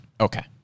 okay